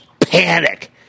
panic